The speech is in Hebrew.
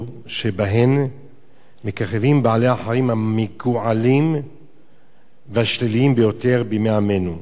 שבהן מככבים בעלי-החיים המגועלים והשליליים ביותר בימי עמנו.